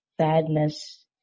sadness